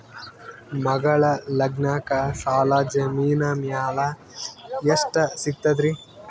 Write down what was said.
ಮಗಳ ಲಗ್ನಕ್ಕ ಸಾಲ ಜಮೀನ ಮ್ಯಾಲ ಎಷ್ಟ ಸಿಗ್ತದ್ರಿ?